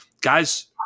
guys